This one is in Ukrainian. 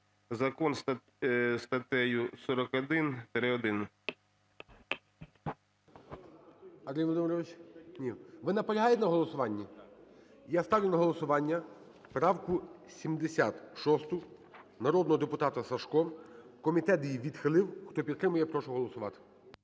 закон статтею 41-1". ГОЛОВУЮЧИЙ. Андрій Володимирович? Ні. Ви наполягаєте на голосуванні? Я ставлю на голосування правку 76-у народного депутата Сажко. Комітет її відхилив. Хто підтримує, прошу голосувати.